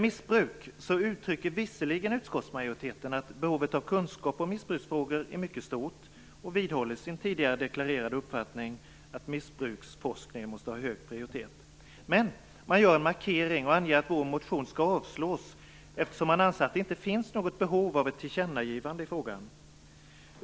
Visserligen uttrycker utskottsmajoriteten att behovet av kunskap om missbruksfrågor är mycket stort och vidhåller sin tidigare deklarerade uppfattning om att missbruksforskningen måste ha hög prioritet. Men man gör en markering och anger att vår motion skall avslås, eftersom man inte anser att det finns något behov av ett tillkännagivande i frågan.